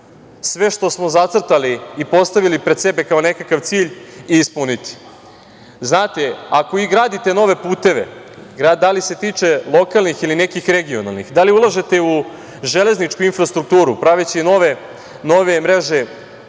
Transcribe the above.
sve što smo zacrtali i postavili pred sebe kao nekakav cilj i ispuniti. Znate, ako i gradite nove puteve, da li se tiče lokalnih ili nekih regionalnih, da li ulažete u železničku infrastrukturu, praveći nove mreže